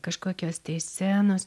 kažkokios tai scenos